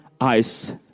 eyes